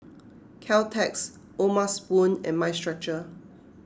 Caltex O'ma Spoon and Mind Stretcher